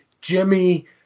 Jimmy